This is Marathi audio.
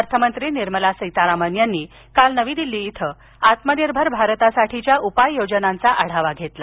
अर्थमंत्री निर्मला सीतारामन यांनी काल दिल्लीत आत्मनिर्भर भारतासाठीच्या उपाययोजनांचा आढावा घेतला